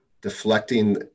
deflecting